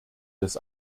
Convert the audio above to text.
des